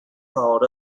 called